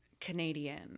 Canadian